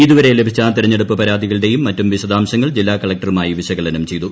ഇതുവരെ ലഭിച്ച തിരഞ്ഞെടുപ്പ് പരാതികളുടെയും മറ്റും വിശദാംശങ്ങൾ ജില്ലാ കളക്ടറുമായി വിശകലനം ചെയ്തു